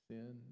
Sin